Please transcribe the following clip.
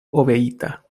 obeita